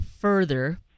further